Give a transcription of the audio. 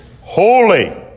Holy